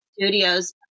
Studios